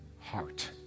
heart